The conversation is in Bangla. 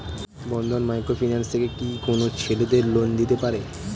বন্ধন মাইক্রো ফিন্যান্স থেকে কি কোন ছেলেদের লোন দিতে পারে?